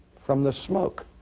from the smoke.